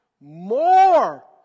more